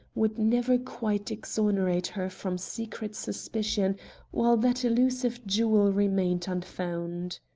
would never quite exonerate her from secret suspicion while that elusive jewel remained unfound.